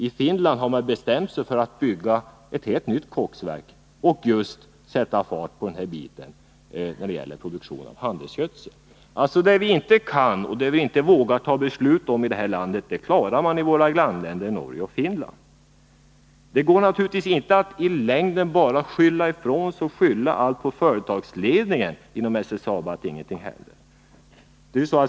I Finland har man Om SSAB:s verk bestämt sig för att bygga ett helt nytt koksverk och sätta fart just på den del som gäller produktion av handelsgödsel. Det vi inte kan och inte vågar fatta beslut om i detta land, det klarar man i våra grannländer Norge och Finland. Det går naturligtvis inte i längden att bara skylla allt på företagsledningen inom SSAB för att ingenting händer.